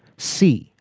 see,